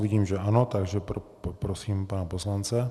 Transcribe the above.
Vidím, že ano, takže poprosím pana poslance.